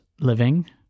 living